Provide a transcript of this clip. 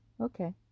Okay